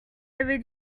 avez